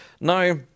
Now